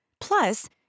Plus